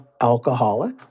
alcoholic